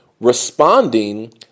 Responding